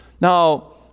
Now